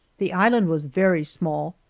the island was very small,